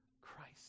Christ